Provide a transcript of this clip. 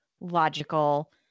logical